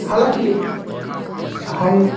हालाँकि हम